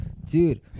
Dude